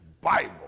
Bible